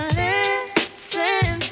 listen